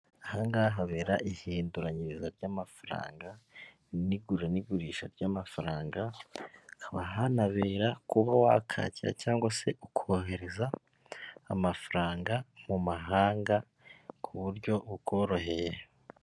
Aha ngaha habera ihinduranyiriza ry'amafaranga n'igura n'igurisha ry'amafaranga, hakaba hanabera kuba wakakira cyangwa se ukohereza amafaranga mu mahanga ku buryo bukoroheye.